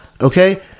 Okay